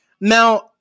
Now